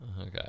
Okay